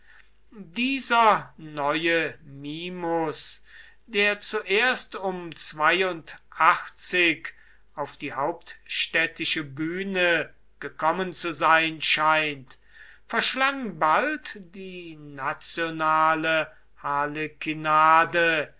dieser neue mimus der zuerst um auf die hauptstädtische bühne gekommen zu sein scheint verschlang bald die nationale